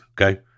Okay